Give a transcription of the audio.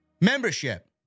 membership